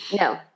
No